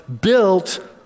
built